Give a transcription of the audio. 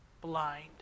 blind